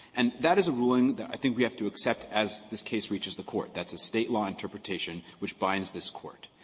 and that is a ruling that i think we have to accept as this case reaches the court that's a state law interpretation which binds this court.